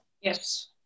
Yes